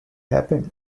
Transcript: happened